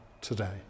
today